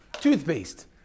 Toothpaste